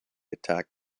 attack